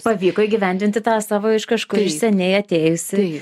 pavyko įgyvendinti tą savo iš kažkur iš seniai atėjusį